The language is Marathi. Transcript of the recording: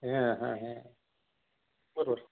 हा हा हां बरोबर